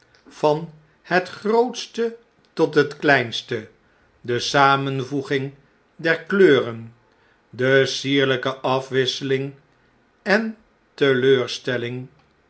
van het grootste tot het kleinste de samenvoeging der kleuren de sierlpe afwisseling en teleurstelling